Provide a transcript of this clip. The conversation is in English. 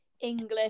English